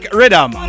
rhythm